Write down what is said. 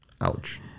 ouch